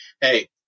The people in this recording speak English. Hey